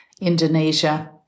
Indonesia